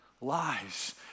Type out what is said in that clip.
lies